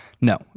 No